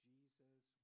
Jesus